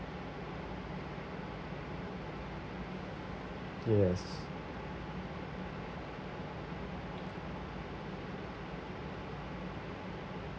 yes